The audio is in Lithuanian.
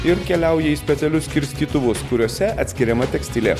ir keliauja į specialius skirstytuvus kuriuose atskiriama tekstilė